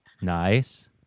Nice